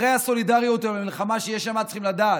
אחרי הסולידריות עם המלחמה שיש שם, צריך לדעת,